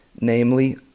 namely